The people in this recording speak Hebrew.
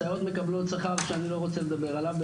הסייעות מקבלות שכר שאני לא רוצה לדבר עליו,